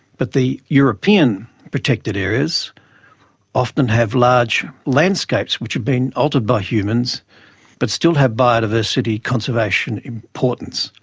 but the european protected areas often have large landscapes which have been altered by humans but still have biodiversity conservation importance,